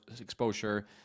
exposure